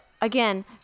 again